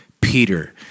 Peter